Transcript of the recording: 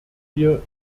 wir